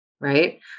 right